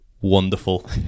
wonderful